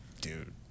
Dude